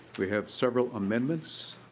we have several amendments